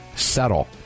settle